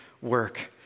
work